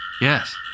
Yes